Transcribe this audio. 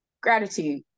gratitude